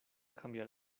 cambiar